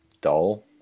dull